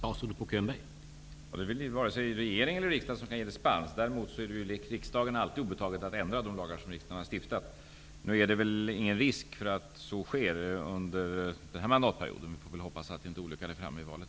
Herr talman! Det är inte vare sig regering eller riksdag som ger dispens. Däremot är det alltid riksdagen obetaget att ändra de lagar som den har stiftat. Det är väl ingen risk för att så sker under den här mandatperioden, och vi får hoppas att olyckan inte är framme vid valet.